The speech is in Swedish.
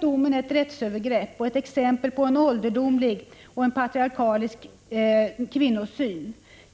Domen är ett rättsövergrepp och ett exempel på en ålderdomlig och patriarkalisk kvinnosyn.